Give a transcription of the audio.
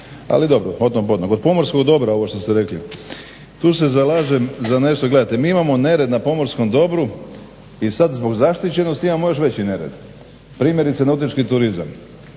tom po tom. Od pomorskog dobra ovo što ste rekli, tu se zalažem za nešto, gledajte mi imamo nered na pomorskom dobru i sada zbog zaštićenosti imamo još veći nered, primjerice nautički turizam.